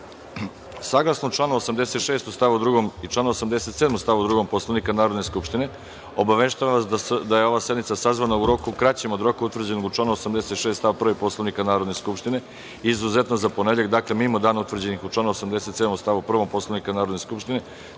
članu 86. stav 2. i članu 87. stav 2. Poslovnika Narodne skupštine, obaveštavam vas da je ova sednica sazvana u roku kraćem od roka utvrđenog u članu 86. stav 1. Poslovnika Narodne skupštine i, izuzetno, za ponedeljak, dakle, mimo dana utvrđenih u članu 87. stav 1. Poslovnika Narodne skupštine,